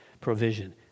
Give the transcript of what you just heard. provision